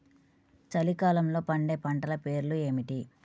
చలికాలంలో పండే పంటల పేర్లు ఏమిటీ?